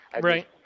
Right